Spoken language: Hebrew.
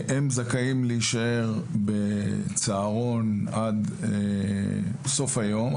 הם זכאים להישאר בצהרון עד סוף היום,